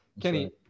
kenny